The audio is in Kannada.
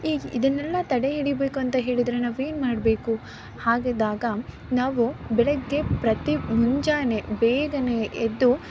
ಈ ಇದನ್ನೆಲ್ಲ ತಡೆಹಿಡಿಬೇಕು ಅಂತ ಹೇಳಿದರೆ ನಾವೇನು ಮಾಡಬೇಕು ಹಾಗಿದ್ದಾಗ ನಾವು ಬೆಳಗ್ಗೆ ಪ್ರತಿ ಮುಂಜಾನೆ ಬೇಗನೇ ಎದ್ದು